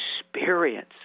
experience